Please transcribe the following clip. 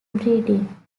breeding